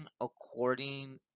according